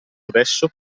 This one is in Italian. adesso